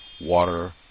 Water